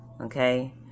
Okay